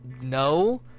no